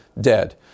dead